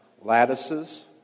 lattices